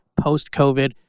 post-COVID